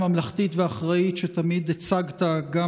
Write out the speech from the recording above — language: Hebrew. מבקש שאלה חבר הכנסת גלעד קריב.